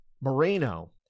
Moreno